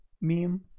meme